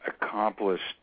accomplished